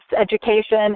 education